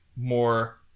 more